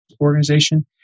organization